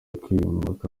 kwimuka